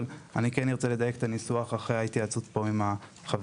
אבל אני כן ארצה לדייק את הניסוח אחרי התייעצות פה עם החברים.